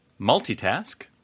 multitask